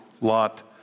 Lot